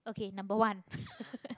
okay number one